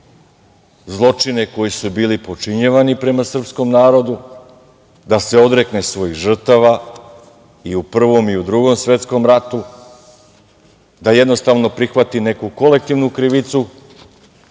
zločine koji su bili činjeni prema srpskom narodu, da se odrekne svojih žrtava i u Prvom i u Drugom svetskom ratu, da jednostavno prihvati neku kolektivnu krivicu,